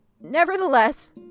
nevertheless